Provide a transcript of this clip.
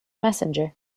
messenger